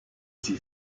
sie